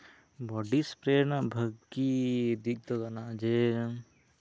ᱵᱚᱰᱤ spray ᱨᱮᱱᱟᱜ ᱵᱷᱟᱜᱮ ᱫᱤᱠ ᱫᱚ ᱠᱟᱱᱟ ᱡᱮ